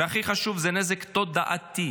והכי חשוב: זה נזק תודעתי.